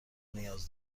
نیاز